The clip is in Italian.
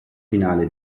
finale